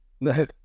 no